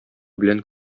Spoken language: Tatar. белән